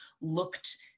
looked